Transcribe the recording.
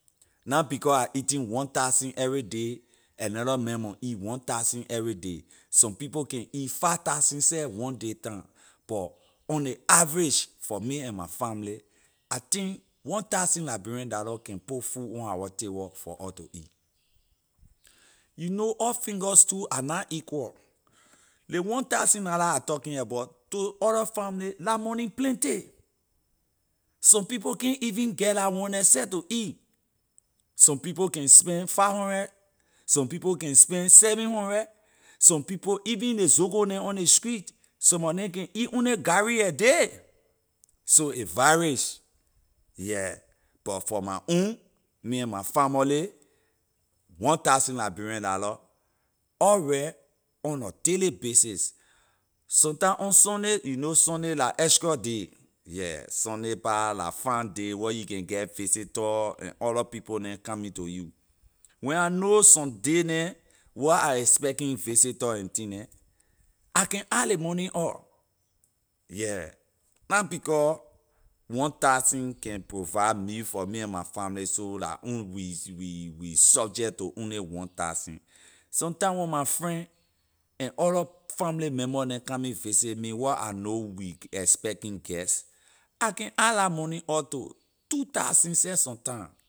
Na because I eat one thousand everyday another man mon eat one thousand everyday some people can eat five thousand seh one day time but on ley average for me and my family I think one thousand liberian dollar can put food on our table for us to eat you know all fingers too are not equal ley one thousand dalla I talking about to other family la money plenty some people can’t even get la one there seh to eat some people can spend five hundred some people can spend seven hundred some people even ley zogo neh on ley street some mor neh can eat only gari a day so it varies yeah but for my own me and my family one thousand liberian dollar alright on a daily basis sometime on sunday you know sunday la extra day yeah sunday pah la fine day where you can get visitor and other people neh coming to you when I know someday neh where I expecting visitor and thing neh I can add ley money up yeah na becor one thousand can provide meal for me and my family so la own we- we- we subject to only one thousand sometime when my friend and other family member neh coming visit me where I know we expecting guest I can add la money up to two thousand seh sometime